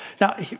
Now